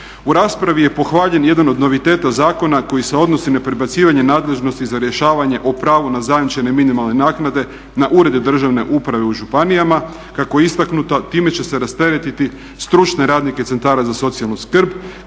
U raspravi je pohvaljen jedan od noviteta zakona koji se odnosi na prebacivanje nadležnosti za rješavanje o pravu na zajamčene minimalne naknade, na urede državne uprave u županijama. Kako je istaknuto time će se rasteretiti stručne radnike centara za socijalnu skrb